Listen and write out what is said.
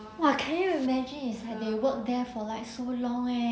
!wah! can you imagine is that they worked there for like so long leh